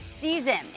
season